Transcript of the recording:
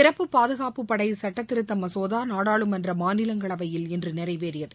சிறப்பு பாதுகாப்புப் படை சுட்ட திருத்த மசோதா நாடாளுமன்ற மாநிலங்களவையில் இன்று நிறைவேறியது